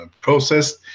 processed